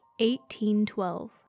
1812